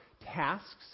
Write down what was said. tasks